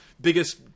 Biggest